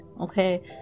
Okay